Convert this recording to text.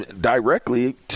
directly